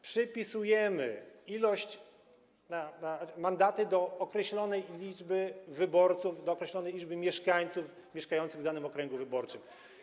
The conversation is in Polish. Przypisujemy ilość... mandaty do określonej liczby wyborców, do określonej liczby mieszkańców mieszkających w danym okręgu wyborczym.